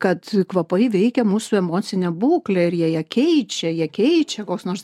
kad kvapai veikia mūsų emocinę būklę ir jie ją keičia ją keičia koks nors